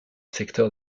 secteur